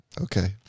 Okay